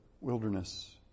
wilderness